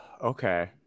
Okay